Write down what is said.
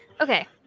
Okay